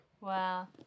Wow